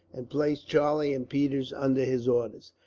and placed charlie and peters under his orders.